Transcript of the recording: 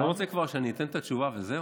אתה לא רוצה כבר שאני אתן את התשובה וזהו?